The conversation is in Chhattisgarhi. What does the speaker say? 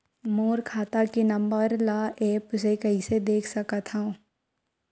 मोर खाता के नंबर ल एप्प से कइसे देख सकत हव?